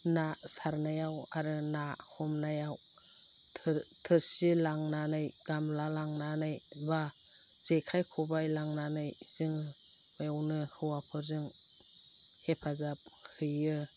ना सारनायाव आरो ना हमनायाव थो थोरसि लांनानै गामला लांनानै बा जेखाइ खबाय लांनानै जोङो बेयावनो हौवाफोरजों हेफाजाब हैयो